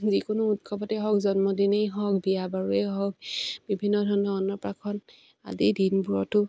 যিকোনো উৎসৱতেই হওক জন্মদিনেই হওক বিয়া বাৰুৱেই হওক বিভিন্ন ধৰণৰ অন্নপ্ৰাসন্ন আদি দিনবোৰতো